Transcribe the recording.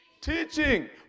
teaching